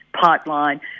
pipeline